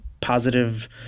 positive